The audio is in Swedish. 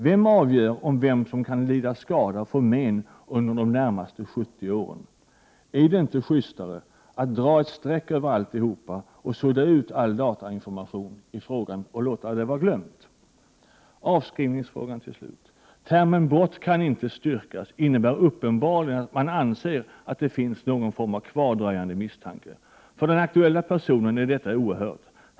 Vem avgör vem som kan lida skada eller men under de närmaste 70 åren? Är det inte justare att dra ett streck över alltihopa och sudda ut all datainformation samt låta frågan vara glömd? Avskrivningsfrågan till slut. Termen ”brott kan inte styrkas” uppenbarligen att det anses finnas någon form av kvardröjande misstanke. För den aktuella personen är detta oerhört.